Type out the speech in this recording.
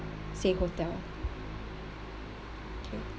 say hotel okay